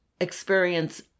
experience